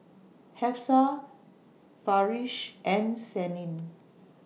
Hafsa Farish and Senin